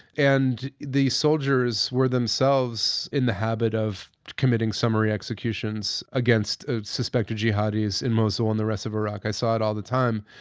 and the soldiers were themselves in the habit of committing summary executions against ah suspected jihadis in mosul and the rest of iraq. i saw it all the time.